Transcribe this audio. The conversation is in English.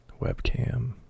webcam